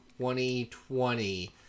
2020